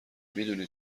میدونی